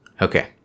Okay